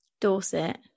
Dorset